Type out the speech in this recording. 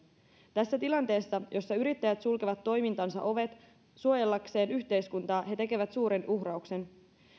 tässä tilanteessa jossa yrittäjät sulkevat toimintansa ovet suojellakseen yhteiskuntaa he tekevät suuren uhrauksen